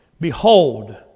Behold